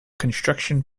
construction